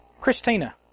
christina